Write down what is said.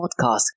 Podcast